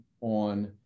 on